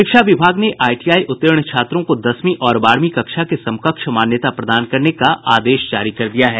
शिक्षा विभाग ने आईटीआई उत्तीर्ण छात्रों को दसवीं और बारहवीं कक्षा के समकक्ष मान्यता प्रदान करने का आदेश जारी कर दिया है